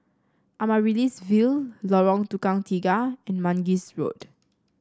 Amaryllis Ville Lorong Tukang Tiga and Mangis Road